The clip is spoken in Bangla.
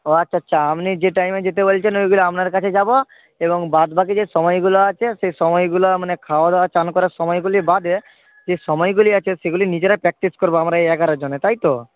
ও আচ্ছা আচ্ছা আপনি যে টাইমে যেতে বলছেন ওইগুলো আপনার কাছে যাব এবং বাদবাকি যে সময়গুলো আছে সেই সময়গুলো মানে খাওয়া দাওয়া স্নান করার সময়গুলি বাদে যে সময়গুলি আছে সেগুলি নিজেরা প্র্যাকটিস করব আমরা এই এগারো জনে তাই তো